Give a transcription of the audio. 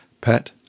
Pet